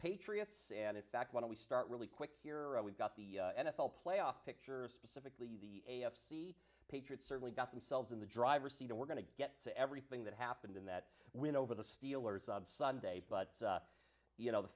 patriots and in fact why don't we start really quick here we've got the n f l playoff picture specifically the a f c patriots certainly got themselves in the driver's seat and we're going to get to everything that happened in that win over the steelers on sunday but you know the